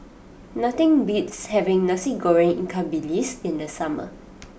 nothing beats having Nasi Goreng Ikan Bilis in the summer